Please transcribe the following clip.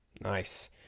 Nice